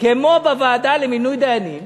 כמו בוועדה למינוי דיינים